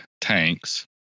tanks